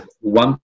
one